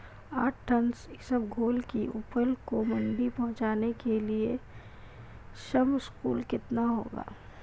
आठ टन इसबगोल की उपज को मंडी पहुंचाने के लिए श्रम शुल्क कितना होगा?